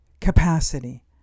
capacity